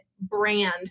brand